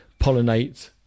pollinate